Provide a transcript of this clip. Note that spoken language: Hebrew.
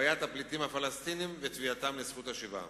בעיית הפליטים הפלסטינים ותביעתם לזכות השיבה.